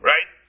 Right